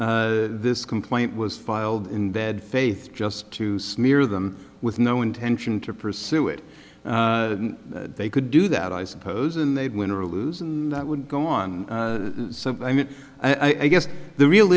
this complaint was filed in bed faith just to smear them with no intention to pursue it they could do that i suppose and they'd win or lose and that would go on so i mean i guess the real